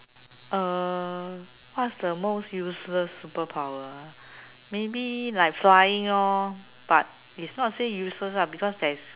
uh what is the most useless superpower maybe like flying lor but is not say useless lah because there is